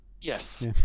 yes